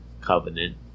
covenant